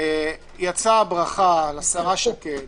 יצאה ברכה לשרה שקד